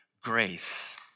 grace